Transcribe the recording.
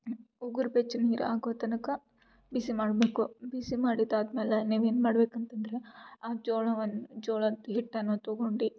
ಉಗುರು ಬೆಚ್ಚ ನೀರು ಆಗೋತನಕ ಬಿಸಿ ಮಾಡಬೇಕು ಬಿಸಿ ಮಾಡಿದಾದ್ಮೇಲೆ ನೀವೇನು ಮಾಡಬೇಕಂತಂದ್ರೆ ಆ ಜೋಳವನ್ನು ಜೋಳದ ಹಿಟ್ಟನ್ನು ತಗೊಂಡು